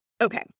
Okay